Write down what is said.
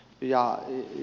ja j